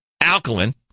alkaline